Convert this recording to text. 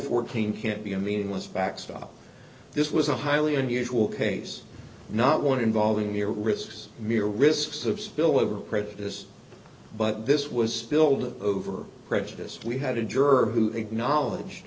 fourteen can't be a meaningless backstop this was a highly unusual case not one involving your risks mirroring six of spillover prejudice but this was build over prejudice we had a juror who acknowledged